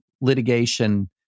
litigation